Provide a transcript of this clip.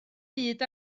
byd